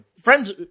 Friends